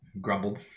grumbled